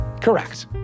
Correct